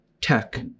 tech